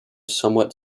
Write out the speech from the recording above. somewhat